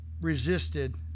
resisted